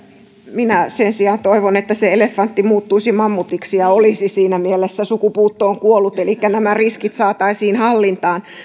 minä sen sijaan toivon että se elefantti muuttuisi mammutiksi ja olisi siinä mielessä sukupuuttoon kuollut elikkä nämä riskit saataisiin hallintaan